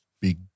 big